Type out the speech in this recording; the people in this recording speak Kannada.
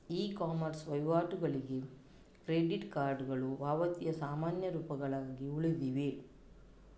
ಇ ಕಾಮರ್ಸ್ ವಹಿವಾಟುಗಳಿಗೆ ಕ್ರೆಡಿಟ್ ಕಾರ್ಡುಗಳು ಪಾವತಿಯ ಸಾಮಾನ್ಯ ರೂಪಗಳಾಗಿ ಉಳಿದಿವೆ